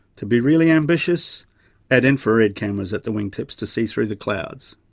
to be really ambitious add infrared cameras at the wing tips to see through the clouds.